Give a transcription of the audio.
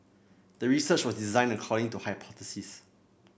the research was designed according to hypothesis